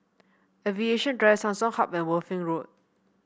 Aviation Drive Samsung Hub and Worthing Road